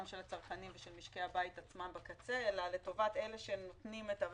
הצרכנים ומשקי הבית עצמם בקצה אלא לטובת אלא שנותנים את השירות,